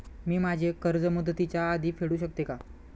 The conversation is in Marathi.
मी माझे कर्ज मुदतीच्या आधी फेडू शकते का?